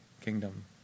kingdom